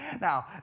Now